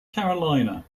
carolina